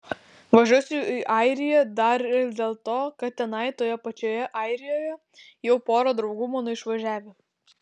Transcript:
važiuosiu į airiją dar ir dėl to kad tenai toje pačioje airijoje jau pora draugų mano išvažiavę